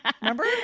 Remember